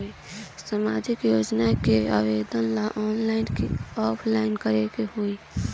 सामाजिक योजना के आवेदन ला ऑनलाइन कि ऑफलाइन करे के होई?